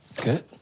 Good